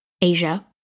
Asia